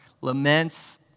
laments